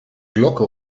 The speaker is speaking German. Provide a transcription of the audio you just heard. glocke